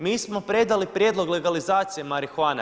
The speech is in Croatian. Mi smo predali prijedlog legalizacije marihuane.